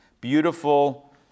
beautiful